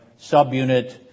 subunit